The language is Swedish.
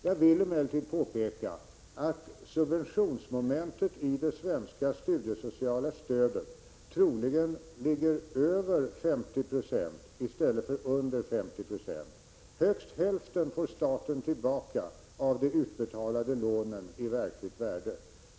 Jag vill emellertid påpeka att subventionsmomentet i det svenska studiesociala stödet troligen ligger över 50 Yo i stället för under 50 90. Högst hälften får staten tillbaka av de utbetalade lånen, i verkligt värde.